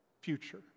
future